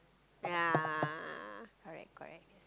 yeah correct correct